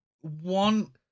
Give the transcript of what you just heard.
One